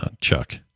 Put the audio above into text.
chuck